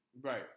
Right